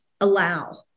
allow